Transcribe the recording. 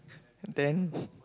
then